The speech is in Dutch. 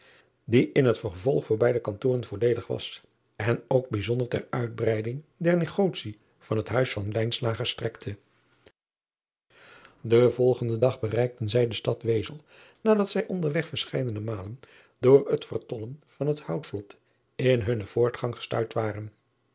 die in het vervolg voor beide kantoren voordeelig was en ook bijzonder ter uitbreiding der negotie van het huis van strekte driaan oosjes zn et leven van aurits ijnslager en volgenden dag bereikten zij de stad ezel na dat zij onder weg verscheiden malen door het vertollen van het outvlot in hunnen voortgang gestuit waren